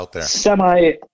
semi